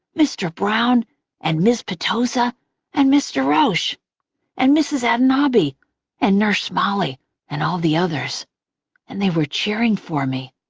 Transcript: mr. browne and ms. petosa and mr. roche and mrs. atanabi and nurse molly and all the others and they were cheering for me,